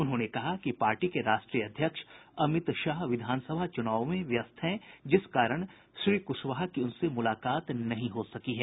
उन्होनें कहा कि पार्टी के राष्ट्रीय अध्यक्ष अमित शाह विधानसभा चूनाव में व्यस्त हैं जिस कारण श्री कुशवाहा की उनसे मुलाकात नहीं हो सकी है